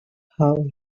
how